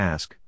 Ask